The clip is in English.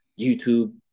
YouTube